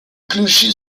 clocher